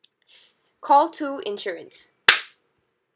call two insurance